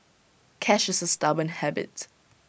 cash is A stubborn habit